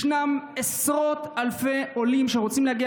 ישנם עשרות אלפי עולים שרוצים להגיע